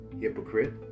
Hypocrite